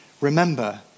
Remember